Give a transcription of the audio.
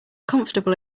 comfortable